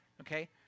okay